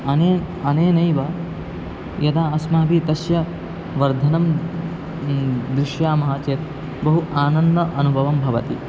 अनेन् अनेनैव यदा अस्माभिः तस्य वर्धनं पश्यामः चेत् बहु आनन्दानुभवं भवति